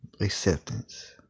acceptance